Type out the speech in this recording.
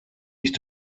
ich